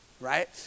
Right